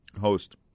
host